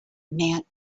meant